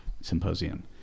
symposium